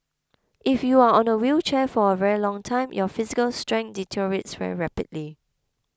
if you are on a wheelchair for a very long time your physical strength deteriorates very rapidly